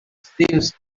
seemed